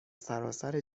سراسر